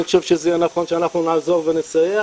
אני חושב שזה יהיה נכון שאנחנו נעזור ונסייע,